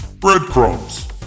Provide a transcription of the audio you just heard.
Breadcrumbs